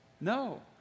No